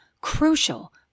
crucial